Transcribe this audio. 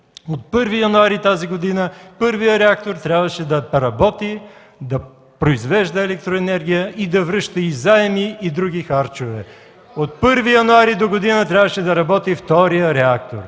От 1 януари тази година І-ят реактор трябваше да работи, да произвежда електроенергия и да връща заеми и други харчове. От 1 януари догодина трябваше да работи и ІІ-ят реактор.